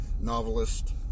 novelist